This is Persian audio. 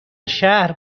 شهر